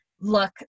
look